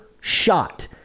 shot